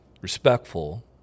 respectful